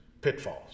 pitfalls